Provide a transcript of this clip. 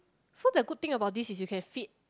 so the good thing about this is you can fit